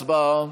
הצבעה.